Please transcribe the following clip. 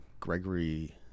Gregory